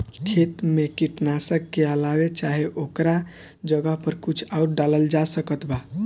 खेत मे कीटनाशक के अलावे चाहे ओकरा जगह पर कुछ आउर डालल जा सकत बा?